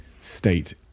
state